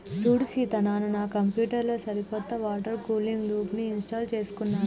సూడు సీత నాను నా కంప్యూటర్ లో సరికొత్త వాటర్ కూలింగ్ లూప్ని ఇంస్టాల్ చేసుకున్నాను